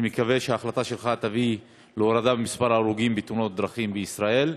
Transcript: אני מקווה שההחלטה שלך תביא להורדה במספר ההרוגים בתאונות דרכים בישראל.